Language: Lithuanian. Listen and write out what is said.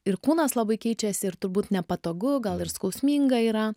ir kūnas labai keičiasi ir turbūt nepatogu gal ir skausminga yra